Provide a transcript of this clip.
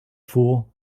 fool